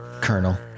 Colonel